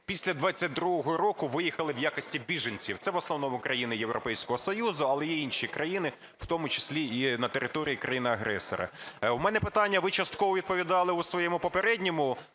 після 2022 року виїхали в якості біженців. Це в основному країни Європейського Союзу, але є й інші країни, в тому числі і на територію країни-агресора. У мене питання. Ви частково відповіли у своїй попередній